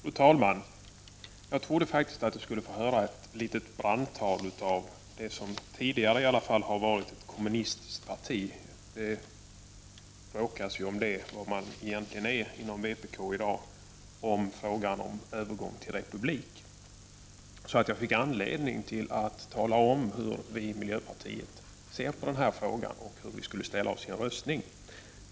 Fru talman! Jag trodde faktiskt att jag här skulle få höra ett litet brandtal för frågan om övergången till republik från representanten för det som åtminstone tidigare — man bråkar ju inom vpk i dag om vad för ett slags parti man egentligen är — har varit ett kommunistiskt parti. Då skulle jag ha fått anledning att tala om hur vi i miljöpartiet ser på denna fråga och hur vi skulle ställa oss i en omröstning.